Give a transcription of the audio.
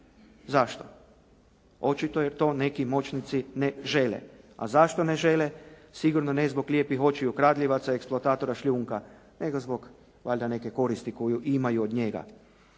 Zašto? Očito jer to neki moćnici ne žele. A zašto ne žele? Sigurno ne zbog lijepih očiju kradljivaca i eksploatatora šljunka nego zbog valjda neke koristi koju imaju od njega.